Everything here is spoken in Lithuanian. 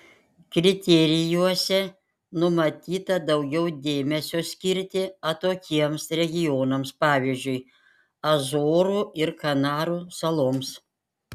kriterijuose numatyta daugiau dėmesio skirti atokiems regionams pavyzdžiui azorų ir kanarų saloms